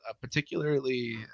particularly